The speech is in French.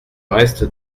reste